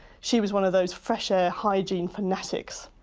she was one of those fresh air hygiene fanatics.